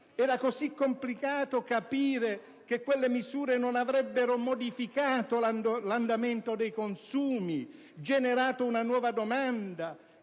Era così complicato capire che quelle misure non avrebbero modificato l'andamento dei consumi e generato una nuova domanda?